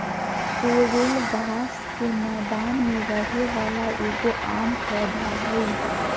sorrel घास के मैदान में रहे वाला एगो आम पौधा हइ